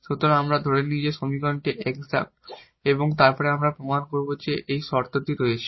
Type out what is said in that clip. সুতরাং আমরা ধরে নিই যে সমীকরণটি এক্সাট এবং তারপরে আমরা প্রমাণ করব যে এই শর্তটি রয়েছে